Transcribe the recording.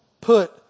put